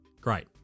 Great